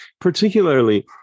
Particularly